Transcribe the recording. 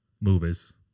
movies